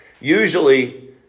usually